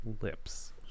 lips